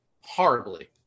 Horribly